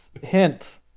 Hint